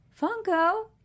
Funko